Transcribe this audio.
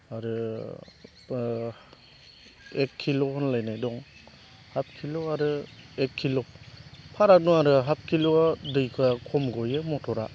आरो एक किल' होनलायनाय दं हाफ किल' आरो एक किल' फाराग दं आरो हाफ किल'आ दैफोरा खम गयो मटरा